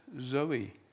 Zoe